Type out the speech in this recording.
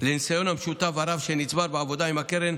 לניסיון המשותף הרב שנצבר בעבודה עם הקרן,